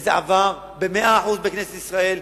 וזה עבר במאה אחוז בכנסת ישראל,